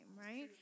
right